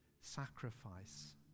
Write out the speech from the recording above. sacrifice